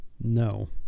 No